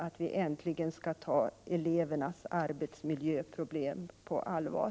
Vi måste äntligen ta elevernas arbetsmiljöproblem på allvar.